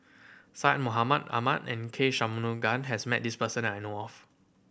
Syed Mohamed Ahmed and K Shanmugam has met this person that I know of